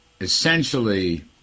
essentially